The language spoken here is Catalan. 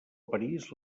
parís